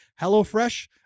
HelloFresh